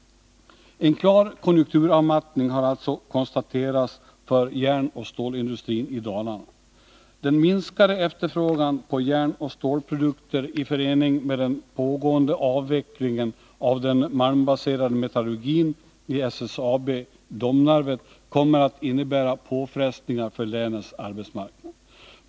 En klar konjunkturavmattning har konstaterats för järnoch stålindustrin i Dalarna. Den minskade efterfrågan på järnoch stålprodukter i förening med den pågående avvecklingen av den malmbaserade metallurgin vid SSAB Domnarvet kommer att innebära påfrestningar för länets arbetsmarknad.